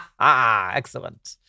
excellent